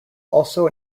also